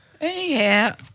Anyhow